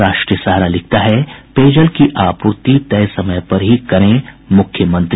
राष्ट्रीय सहारा ने लिखा है पेयजल की आपूर्ति तय समय पर ही करें मुख्यमंत्री